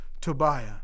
Tobiah